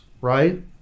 right